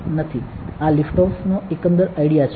આ lift off નો એકંદર આઈડિયા છે